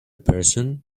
person